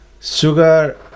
Sugar